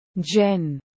Jen